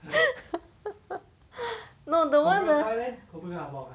no the one the